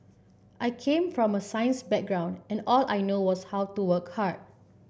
I came from a science background and all I knew was how to work hard